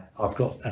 i've got